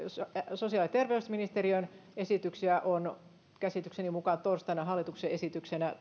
sosiaali ja terveysministeriön esityksiä on käsitykseni mukaan tulossa torstaina hallituksen esityksenä